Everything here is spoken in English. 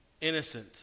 innocent